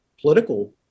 political